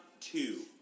two